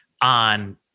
on